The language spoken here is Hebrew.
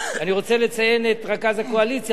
אני רוצה לציין את רכז הקואליציה,